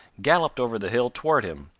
galloped over the hill toward him.